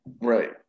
Right